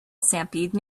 stampede